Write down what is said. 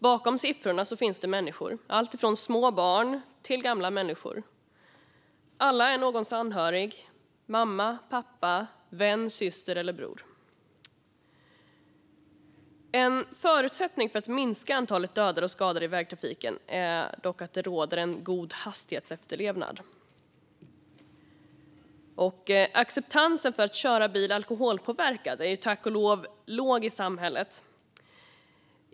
Bakom siffrorna finns det människor, alltifrån små barn till gamla människor, och alla är någons anhörig, mamma, pappa, vän, syster eller bror. En förutsättning för att minska antalet dödade och skadade i vägtrafiken är dock att det råder en god hastighetsefterlevnad. Acceptansen för att köra bil alkoholpåverkad är tack och lov låg i samhället.